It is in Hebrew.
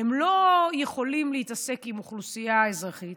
הם לא יכולים להתעסק עם אוכלוסייה אזרחית,